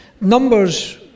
numbers